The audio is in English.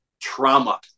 trauma